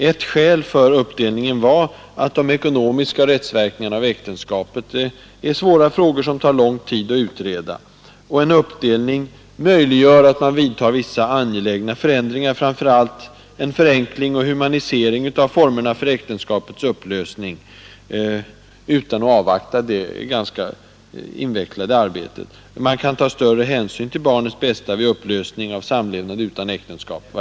Ett skäl för uppdelningen var att de ekonomiska rättsverkningarna tar lång tid att utreda. En uppdelning möjliggör vissa angelägna förändringar, framför allt en förenkling och humanisering av formerna för äktenskapets upplösning, utan att det långa och invecklade arbetet på de ekonomiska rättsverkningarna behöver avvaktas. En annan angelägen reform var att kunna ta större hänsyn till barnets bästa vid upplösning av samlevnad utan äktenskap.